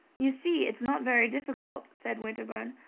you see, it's not very difficult, said winterbourne.